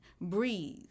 breathe